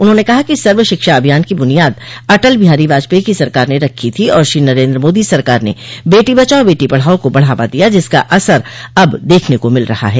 उन्होंने कहा कि सर्व शिक्षा अभियान की बुनियाद अटल बिहारी वाजपेई की सरकार ने रखी थी आर श्री नरेन्द्र मोदी सरकार ने बेटी बचाओ बेटी पढ़ाओ को बढ़ावा दिया जिसका असर अब देखने को मिल रहा है